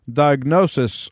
diagnosis